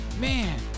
Man